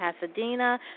Pasadena